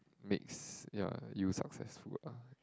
makes ya you successful lah